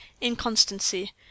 inconstancy